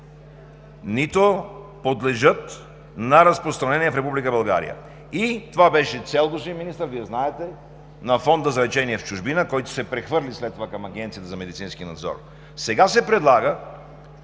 нито подлежат на разпространение в Република България. И това беше цел, господин Министър, Вие знаете, на Фонда за лечение в чужбина, който се прехвърли след това към Агенцията за медицински надзор. Сега се предлага